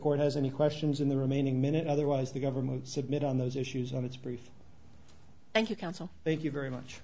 court has any questions in the remaining minute otherwise the government submit on those issues on its brief thank you counsel thank you very much